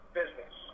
business